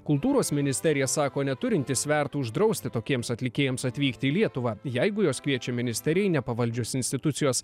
kultūros ministerija sako neturinti svertų uždrausti tokiems atlikėjams atvykti į lietuvą jeigu juos kviečia ministerijai nepavaldžios institucijos